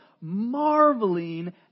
marveling